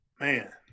man